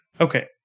Okay